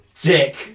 Dick